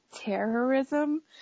terrorism